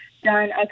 done